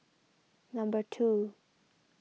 number two